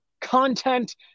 content